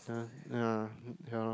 uh uh ya lor